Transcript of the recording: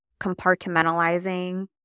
compartmentalizing